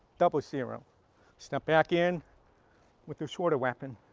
double-zero. step back in with the shorter weapon